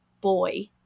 boy